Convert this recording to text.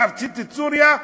להפציץ את סוריה,